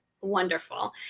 wonderful